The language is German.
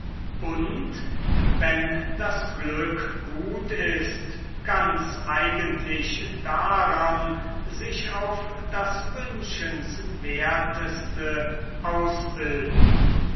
und wenn das glück gut ist ganz eigentlich daran sich auf das wünschenswerteste ausbilden